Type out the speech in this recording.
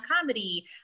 comedy